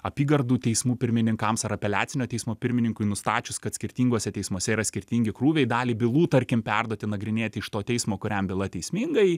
apygardų teismų pirmininkams ar apeliacinio teismo pirmininkui nustačius kad skirtinguose teismuose yra skirtingi krūviai dalį bylų tarkim perduoti nagrinėti iš to teismo kuriam byla teisminga